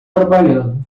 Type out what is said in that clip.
trabalhando